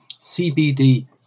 CBD